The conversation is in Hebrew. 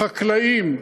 החקלאים,